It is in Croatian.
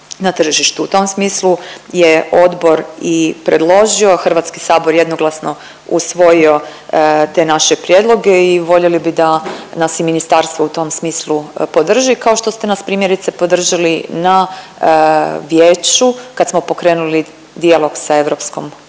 U tom smislu je odbor i predložio, a Hrvatski sabor jednoglasno usvojio te naše prijedloge i voljeli bi da nas i ministarstvo u tom smislu podrži kao što ste nas primjerice podržali na vijeću kad smo pokrenuli dijalog sa Europskom komisijom,